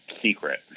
secret